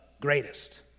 greatest